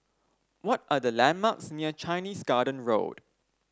what are the landmarks near Chinese Garden Road